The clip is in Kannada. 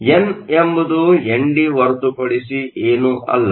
ಆದ್ದರಿಂದ ಎನ್ ಎಂಬುದು ಎನ್ ಡಿ ಹೊರತುಪಡಿಸಿ ಏನೂ ಅಲ್ಲ